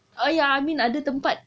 err ya I mean ada tempat